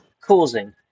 causing